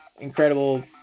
incredible